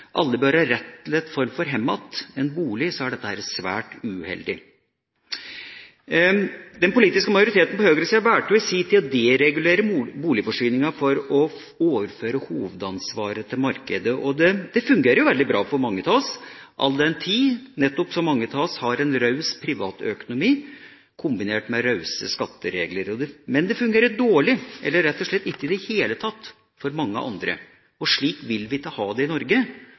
alle bør ha rett til en form for «hematt», en bolig, er dette svært uheldig. Den politiske majoriteten på høyresida valgte i sin tid å deregulere boligforsyninga for å overføre hovedansvaret til markedet. Det fungerer veldig bra for mange av oss, all den tid nettopp så mange av oss har en raus privatøkonomi, kombinert med rause skatteregler. Men det fungerer dårlig, eller rett og slett ikke i det hele tatt, for mange andre. Slik vil vi ikke ha det i Norge.